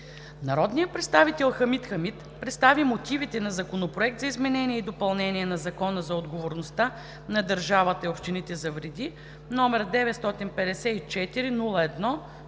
Народният представител Хамид Хамид представи мотивите на Законопроект за изменение и допълнение на Закона за отговорността на държавата и общините за вреди, № 954-01-26,